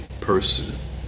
person